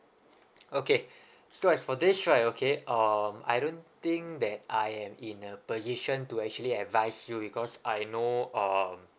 okay so as for this right okay um I don't think that I am in a position to actually advise you because I know um